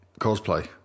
cosplay